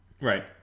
right